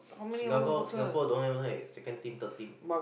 Singapore Singapore don't even have second team third team